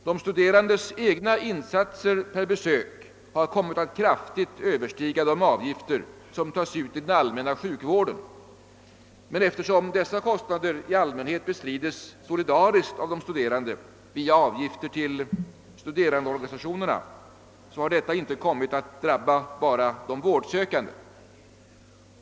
De studerandes egna insatser per besök har kommit att kraftigt överstiga de avgifter som tas ut i den allmänna sjukvården, men eftersom dessa kostnader i allmänhet bestrids solidariskt av de studerande via avgifter till studerandeorganisationerna, har detta inte kommit att drabba bara de vårdsökande.